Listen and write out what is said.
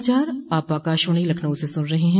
यह समाचार आप आकाशवाणी लखनऊ से सुन रहे हैं